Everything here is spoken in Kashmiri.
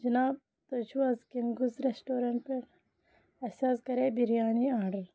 جِناب تُہۍ چھُو حظ کِنٛگٕز ریسٹورَنٛٹ پٮ۪ٹھ اَسہِ حظ کَرے بِریانی آرڈر